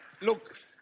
Look